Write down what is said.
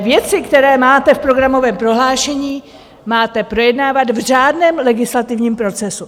Věci, které máte v programovém prohlášení, máte projednávat v řádném legislativním procesu.